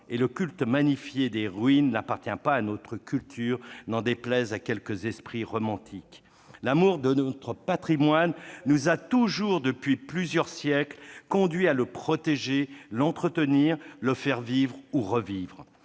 et le culte magnifié des ruines n'appartient pas à notre culture, n'en déplaise à quelques esprits romantiques. L'amour de notre patrimoine, depuis plusieurs siècles, nous a toujours conduits à le protéger, à l'entretenir, à le faire vivre ou revivre.